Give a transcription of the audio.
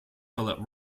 philippe